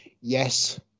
yes